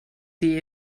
sie